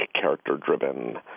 character-driven